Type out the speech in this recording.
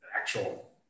actual